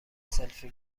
سلفی